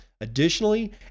Additionally